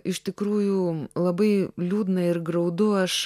iš tikrųjų labai liūdna ir graudu aš